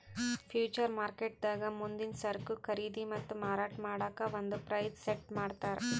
future ಮಾರ್ಕೆಟ್ದಾಗ್ ಮುಂದಿನ್ ಸರಕು ಖರೀದಿ ಮತ್ತ್ ಮಾರಾಟ್ ಮಾಡಕ್ಕ್ ಒಂದ್ ಪ್ರೈಸ್ ಸೆಟ್ ಮಾಡ್ತರ್